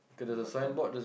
I bought two